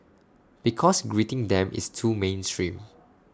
because greeting them is too mainstream